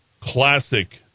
Classic